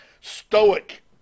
stoic